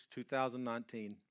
2019